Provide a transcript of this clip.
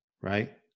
right